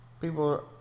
People